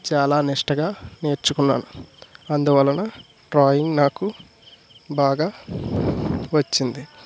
చాలా నిష్టగా నేర్చుకున్నాను అందువలన డ్రాయింగ్ నాకు బాగా వచ్చింది